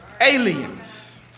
Aliens